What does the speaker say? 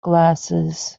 glasses